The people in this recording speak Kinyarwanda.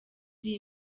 iri